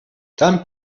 dann